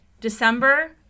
December